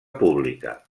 pública